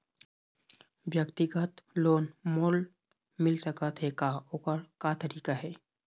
व्यक्तिगत लोन मोल मिल सकत हे का, ओकर का तरीका हे?